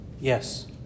Yes